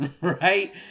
right